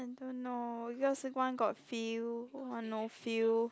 I don't know because one got feel one no feel